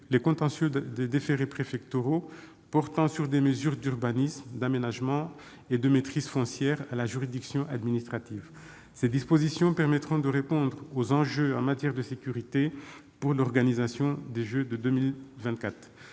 les contentieux des déférés préfectoraux portant sur des mesures d'urbanisme, d'aménagement et de maîtrise foncière à la juridiction administrative. Ces dispositions permettront de répondre aux enjeux en matière de sécurité pour l'organisation des Jeux de 2024.